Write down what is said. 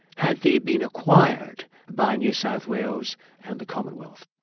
had they been acquired by new south wales and the commonwealth.